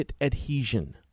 adhesion